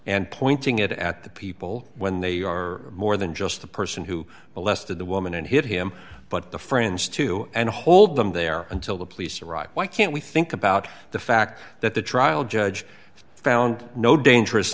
and pointing it at the people when they are more than just the person who molested the woman and hit him but the friends too and hold them there until the police arrive why can't we think about the fact that the trial judge found no dangerous